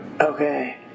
Okay